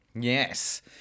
yes